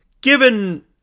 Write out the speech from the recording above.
given